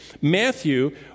Matthew